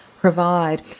provide